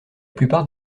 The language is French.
plupart